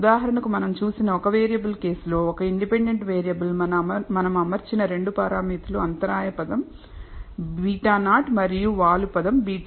ఉదాహరణకు మనం చూసిన ఒక వేరియబుల్ కేసు లో ఒక ఇండిపెండెంట్ వేరియబుల్ మనం అమర్చిన 2 పారామితులు అంతరాయ పదం β0 మరియు వాలు పదం β1